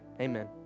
amen